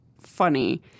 funny